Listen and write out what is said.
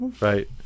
right